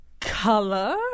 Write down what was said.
Color